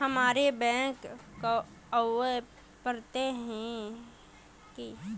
हमरा बैंक आवे पड़ते की?